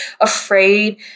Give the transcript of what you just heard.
afraid